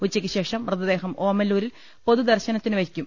ഉച്ചയ്ക്കുശേഷം മൃതദേഹം ഓമല്ലൂരിൽ പൊതുദർശനത്തിനുവെയ്ക്കും